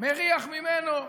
מריח ממנו,